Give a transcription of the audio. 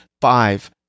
five